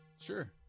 Sure